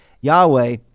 Yahweh